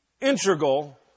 integral